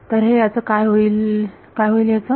तर हे याचं काय होईल काय होईल याचं